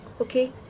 Okay